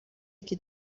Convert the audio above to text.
یکی